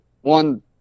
One